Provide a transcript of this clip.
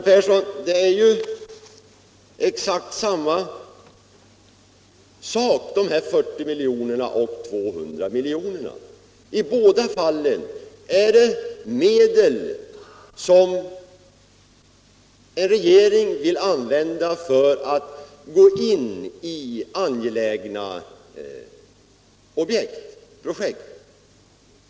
Herr talman! Ja men, herr Persson, de 40 miljonerna skall användas till exakt samma sak som de 200 miljonerna. I båda fallen gäller det medel som en regering vill ha för att gå in i angelägna projekt.